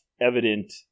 evident